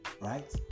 Right